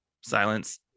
silence